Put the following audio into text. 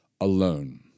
alone